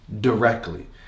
directly